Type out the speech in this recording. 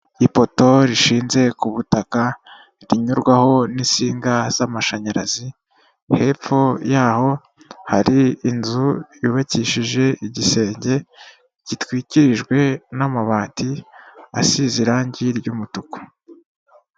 Ipoto rishinze ku butaka rinyurwaho n'insinga z'amashanyarazi, hepfo yaho hari inzu yubakishije igisenge gitwikirijwe n'amabati asize irangi ry'umutuku.